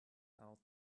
out